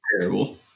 terrible